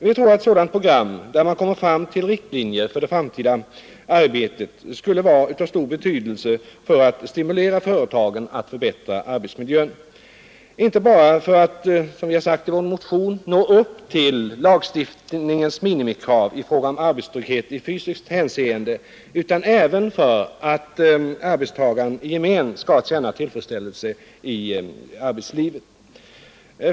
Vi tror att ett sådant program, där man ger riktlinjer för det framtida arbetet, skulle vara av stor betydelse för att stimulera företagen att förbättra arbetsmiljön — inte bara för att, som vi sagt i vår motion, tillgodose lagstiftningens minimikrav i fråga om arbetstrygghet i fysiskt hänseende utan även för att arbetstagarna i gemen skall känna tillfredsställelse i arbetslivet.